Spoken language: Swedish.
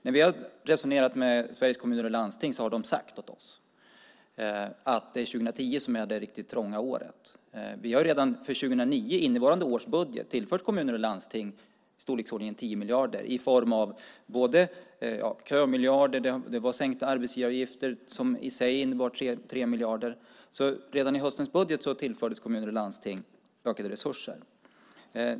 När vi resonerat med Sveriges Kommuner och Landsting har de sagt till oss att 2010 är det riktigt trånga året. Redan för 2009 - alltså i budgeten för innevarande år - har vi tillfört kommuner och landsting i storleksordningen 10 miljarder i form av kömiljarden och sänkta arbetsgivaravgifter som i sig innebar 3 miljarder. Redan i höstens budget tillfördes alltså kommuner och landsting ökade resurser.